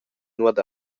nuot